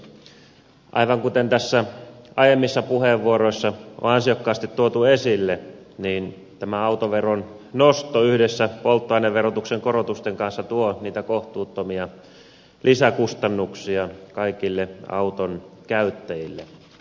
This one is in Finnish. aivan kuten tässä aiemmissa puheenvuoroissa on ansiokkaasti tuotu esille tämä autoveron nosto yhdessä polttoaineverotuksen korotusten kanssa tuo niitä kohtuuttomia lisäkustannuksia kaikille autonkäyttäjille